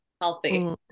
healthy